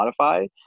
Spotify